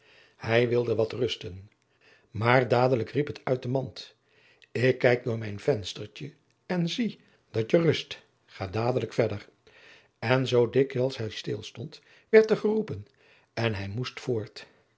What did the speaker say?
hij wilde wat rusten maar dadelijk riep het uit de mand ik kijk door mijn venstertje en zie dat je rust ga dadelijk verder en zoo dikwijls hij stilstond werd er geroepen en hij moest voort